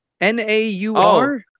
n-a-u-r